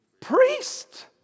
priest